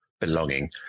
belonging